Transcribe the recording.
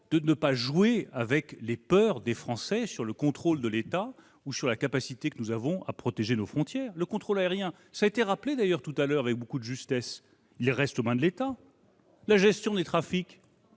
de ne pas jouer avec les peurs des Français concernant le contrôle de l'État ou la capacité que nous avons à protéger nos frontières. Le contrôle aérien, comme cela a d'ailleurs été rappelé précédemment avec beaucoup de justesse, reste aux mains de l'État. La gestion des trafics